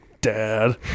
dad